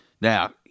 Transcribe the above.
Now